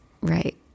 Right